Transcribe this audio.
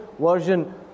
version